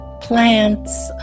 plants